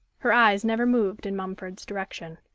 her eyes never moved in mumford's direction.